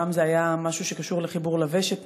שם זה היה משהו שקשור לחיבור לוושט,